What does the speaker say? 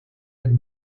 jak